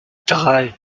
drei